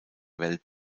welt